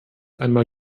einmal